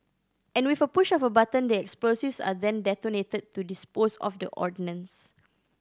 and with a push of a button the explosives are then detonated to dispose of the ordnance